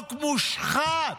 חוק מושחת.